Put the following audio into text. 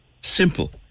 simple